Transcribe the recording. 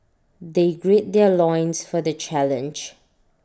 they gird their loins for the challenge